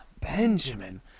Benjamin